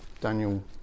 daniel